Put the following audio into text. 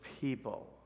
people